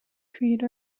creed